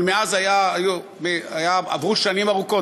אבל מאז עברו שנים ארוכות.